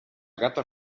gatta